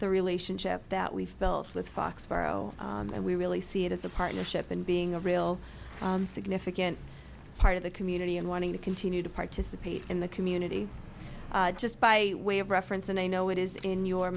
the relationship that we've built with foxboro and we really see it as a partnership and being a real significant part of the community and wanting to continue to participate in the community just by way of reference and i know it is in your